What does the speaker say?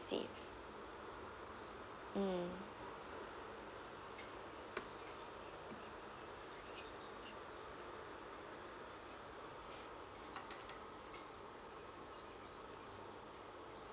cieve mm